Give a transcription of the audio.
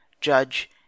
Judge